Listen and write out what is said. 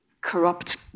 corrupt